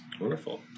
Wonderful